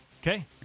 Okay